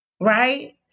Right